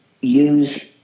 use